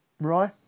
Right